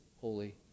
holy